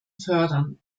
fördern